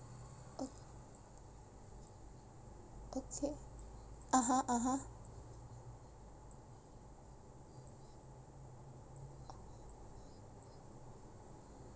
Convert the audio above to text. okay (uh huh) (uh huh)